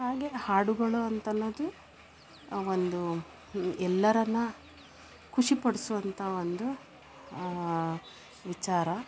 ಹಾಗೆ ಹಾಡುಗಳು ಅಂತನ್ನೋದು ಒಂದು ಎಲ್ಲರನ್ನ ಖುಷಿ ಪಡ್ಸೋವಂಥಾ ಒಂದು ವಿಚಾರ